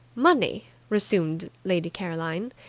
money, resumed lady caroline,